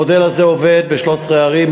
המודל הזה עובד ב-13 ערים.